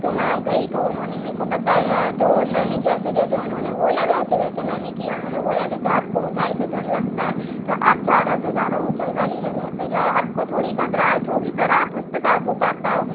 तो वहाँ गई तो उन्होंने मुझको बताया तो मैंने जैसे जैसे उन्होंने बोला वैसे वैसे मैंने किया उन्होंने बोला जैसे आपको ऊँचाई से डर लगता है तो आप ज़्यादा से ज़्यादा ऊँचाई वाली जगह पर जाओ आपको थोड़ी घबराहट होगी पर आप उसपे काबू पा पाओगे